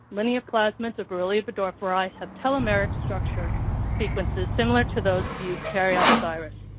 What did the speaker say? linear plasmids of borrelia burgdorferi have telomeric structure sequences similar to those of eukaryotic virus.